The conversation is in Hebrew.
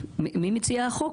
מי מציעי החוק?